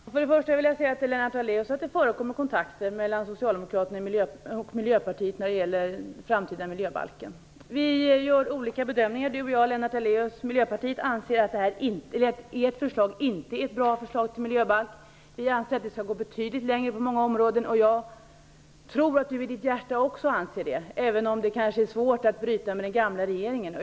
Herr talman! Först vill jag säga, Lennart Daléus, att det förekommer kontakter mellan Socialdemokraterna och Miljöpartiet när det gäller den framtida miljöbalken. Lennart Daléus och jag gör olika bedömningar. Vi i Miljöpartiet anser att föreliggande förslag inte är ett bra förslag till miljöbalk. Vi anser att det skall gå betydligt längre på många områden. Jag tror att Lennart Daléus innerst inne också anser det, även om det kan vara svårt att bryta med den gamla regeringen.